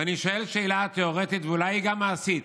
ואני שואל שאלה תיאורטית ואולי גם מעשית: